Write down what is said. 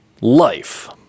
life